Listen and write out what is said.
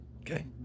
Okay